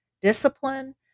discipline